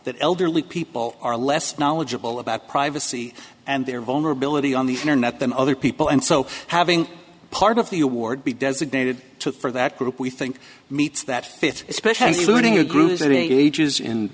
that elderly people are less knowledgeable about privacy and their vulnerability on the internet than other people and so having part of the award be designated to for that group we think meets that fit especially learning a group as it ages in